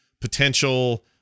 potential